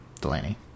Delaney